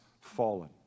fallen